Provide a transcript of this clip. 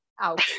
out